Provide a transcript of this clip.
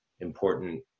important